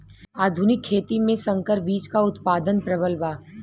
आधुनिक खेती में संकर बीज क उतपादन प्रबल बा